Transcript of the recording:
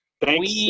Thanks